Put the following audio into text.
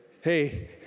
hey